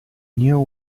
knew